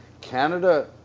Canada